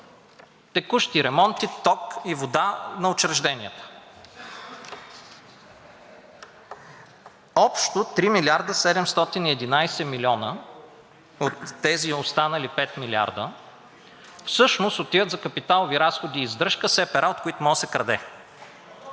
текущи ремонти, ток и вода на учрежденията. Общо 3 млрд. 711 милиона от тези останали 5 милиарда всъщност отиват за капиталови разходи и издръжка – все пера, от които може да се краде